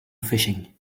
fishing